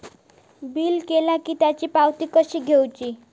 Bill केला की त्याची पावती कशी घेऊची?